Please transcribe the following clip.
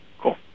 Cool